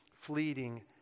fleeting